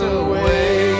away